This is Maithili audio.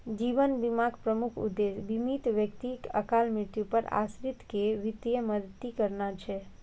जीवन बीमाक प्रमुख उद्देश्य बीमित व्यक्तिक अकाल मृत्यु पर आश्रित कें वित्तीय मदति करनाय छै